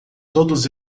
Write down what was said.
todos